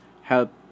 help